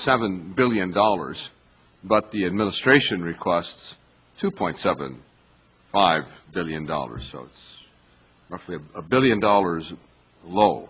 seven billion dollars but the administration requests two point seven five billion dollars so it's roughly a billion dollars lol